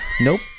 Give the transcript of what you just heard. nope